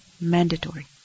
mandatory